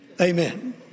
amen